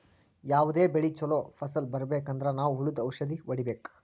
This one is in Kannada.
ಯಾವದೇ ಬೆಳಿ ಚೊಲೋ ಫಸಲ್ ಬರ್ಬೆಕ್ ಅಂದ್ರ ನಾವ್ ಹುಳ್ದು ಔಷಧ್ ಹೊಡಿಬೇಕು